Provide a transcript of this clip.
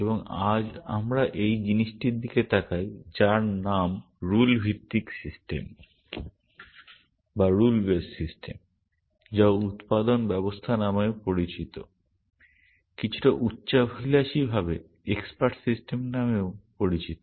এবং আজ আমরা এই জিনিসটির দিকে তাকাই যার নাম রুল ভিত্তিক সিস্টেম যা উৎপাদন ব্যবস্থা নামেও পরিচিত কিছুটা উচ্চাভিলাষীভাবে এক্সপার্ট সিস্টেম নামেও পরিচিত